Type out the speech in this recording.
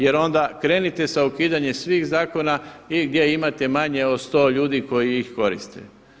Jer onda krenite sa ukidanjem svih zakona gdje imate manje od 100 ljudi koji ih koriste.